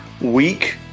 week